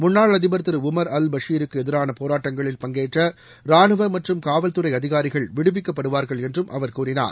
முன்னாள் அதிபர் திரு உமர் அல் பஷீருக்கு எதிரான போராட்டங்களில் பங்கேற்ற ராணுவ மற்றும் காவல்துறை அதிகாரிகள் விடுவிக்கப்படுவார்கள் என்றும் அவர் கூறினார்